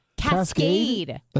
Cascade